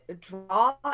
Draw